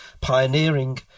pioneering